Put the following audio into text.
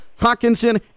Hawkinson